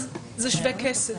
אז זה "שווה כסף".